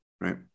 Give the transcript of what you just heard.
Right